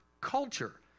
culture